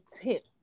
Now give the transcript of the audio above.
tip